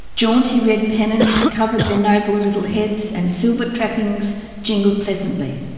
jaunty red pennants covered their noble little heads and silver trappings jingled pleasantly.